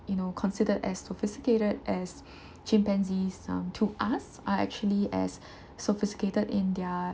you know considered as sophisticated as chimpanzees um to us are actually as sophisticated in their